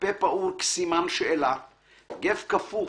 פה פעור כסימן שאלה/ גב כפוף